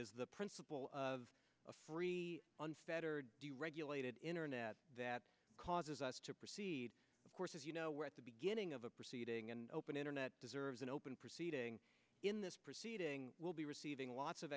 is the principle of a free unfettered regulated internet that causes us to proceed of course as you know we're at the beginning of a proceeding and open internet deserves an open proceeding in this proceeding will be receiving lots of